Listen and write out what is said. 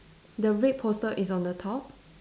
the red poster is on the top